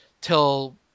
till